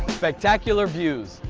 spectacular views,